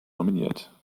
nominiert